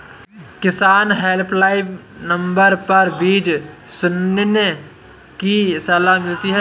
किसान helpline number पर बीज चुनने की सलाह मिलती है